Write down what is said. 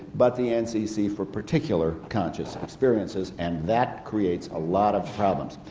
but the ncc for particular conscious experiences, and that creates a lot of problems.